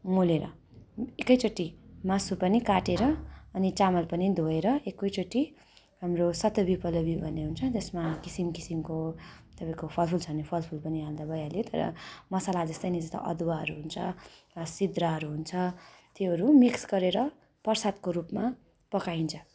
मोलेर एकैचोटि मासु पनि काटेर अनि चामल पनि धोएर एकैचोटि हाम्रो सतवी पलवी भन्ने हुन्छ त्यसमा किसिम किसिमको तपाईँको फलफुल छ भने फलफुल पनि हाल्दा भइहाल्यो तर मसाला जस्तै नि जस्तो अदुवाहरू हुन्छ सिद्राहरू हुन्छ त्योहरू मिक्स गरेर प्रसादको रूपमा पकाइन्छ